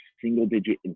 single-digit